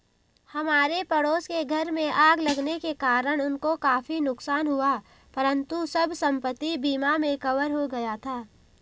हमारे पड़ोस के घर में आग लगने के कारण उनको काफी नुकसान हुआ परंतु सब संपत्ति बीमा में कवर हो गया था